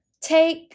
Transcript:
Take